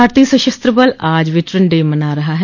भारतीय सशस्त्र बल आज वेटरन डे मना रहा है